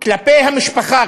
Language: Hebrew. כלפי המשפחה,